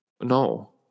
no